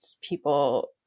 people